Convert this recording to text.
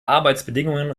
arbeitsbedingungen